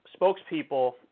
spokespeople